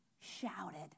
shouted